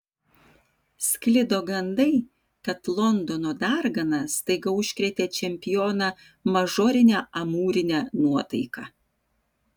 sklido gandai kad londono dargana staiga užkrėtė čempioną mažorine amūrine nuotaika